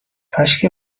کاشکی